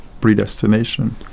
predestination